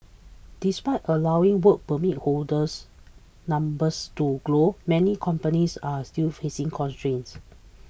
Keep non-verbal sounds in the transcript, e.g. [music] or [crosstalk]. despite allowing Work Permit holders numbers to grow many companies are still facing constraints [noise]